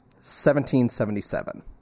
1777